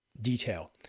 detail